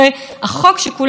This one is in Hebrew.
כי היה חופש הצבעה,